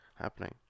happening